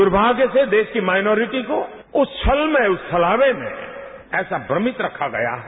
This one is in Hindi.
दुर्भाग्य से इस देश की मायनोरिटी को उस छल में उस छलावे में ऐसा श्रमित रखा गया है